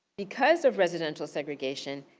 because of residential segregation,